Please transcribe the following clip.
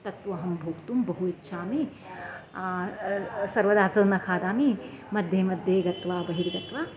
तत्तु अहं भोक्तुं बहु इच्छामि सर्वदा अथवा न खादामि मध्ये मध्ये गत्वा बहिर्गत्वा